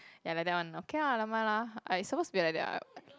ya like that one okay lah never mind lah like it's supposed to be like that [what]